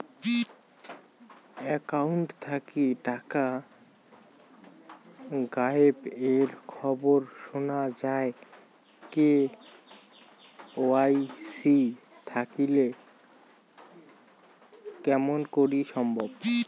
Account থাকি টাকা গায়েব এর খবর সুনা যায় কে.ওয়াই.সি থাকিতে কেমন করি সম্ভব?